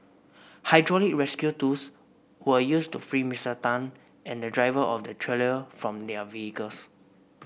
hydraulic rescue tools were used to free Mister Tan and the driver of the trailer from their vehicles